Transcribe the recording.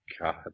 God